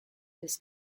this